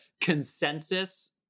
consensus